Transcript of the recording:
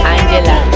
Angela